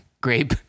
grape